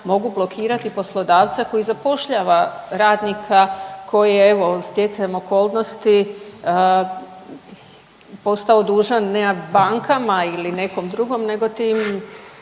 mogu blokirati poslodavca koji zapošljava radnika koji evo stjecajem okolnosti ostao dužan bankama ili nekom drugom, nego tim